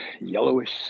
yellowish